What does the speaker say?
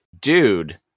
dude